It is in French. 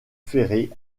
ferrée